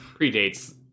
predates